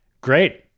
Great